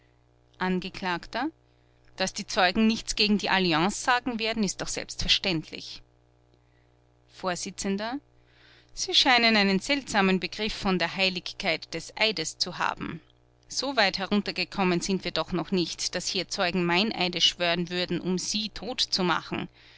angekl daß die zeugen nichts gegen die alliance sagen werden ist doch selbstverständlich vors sie scheinen einen seltsamen begriff von der heiligkeit des eides zu haben soweit heruntergekommen sind wir doch noch nicht daß hier zeugen meineide schwören werden um sie tot zu machen